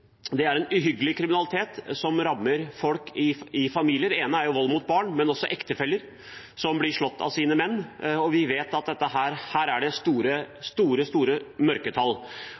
Det er en uhyggelig kriminalitet som rammer folk i familier – det er vold mot barn, men også mot ektefeller, kvinner som blir slått av sine menn. Vi vet at her er det store, store mørketall.